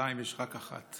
ירושלים יש רק אחת.